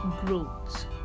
growth